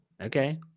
Okay